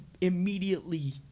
immediately